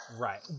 Right